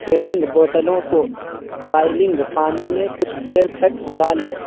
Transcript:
feeding بوتلوں کو boiling پانی میں کچھ دیر تک ابالیں